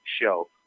show